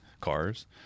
cars